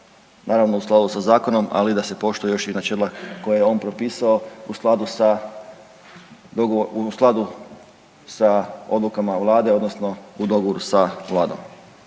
naravno, u skladu sa zakonom, ali da se poštuje još i načela koja je on propisao u skladu sa .../nerazumljivo/... u skladu sa odlukama